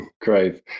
Great